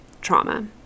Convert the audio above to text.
trauma